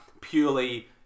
purely